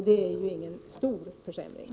Det är ju ingen stor försämring.